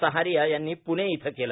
सहारिया यांनी पणे इथं केलं